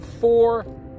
four